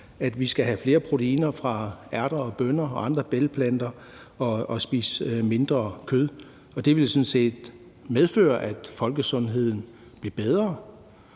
at vi skal have flere proteiner fra ærter og bønner og andre bælgplanter og spise mindre kød, og det ville sådan set medføre, at folkesundheden blev bedre,